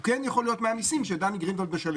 הוא כן יכול להיות מהמיסים שדני גרינוולד משלם.